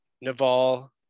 Naval